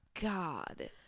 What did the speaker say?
God